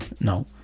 no